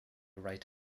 right